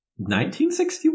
1961